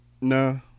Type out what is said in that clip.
no